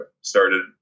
started